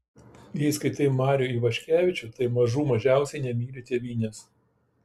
jei skaitai marių ivaškevičių tai mažų mažiausiai nemyli tėvynės